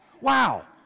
Wow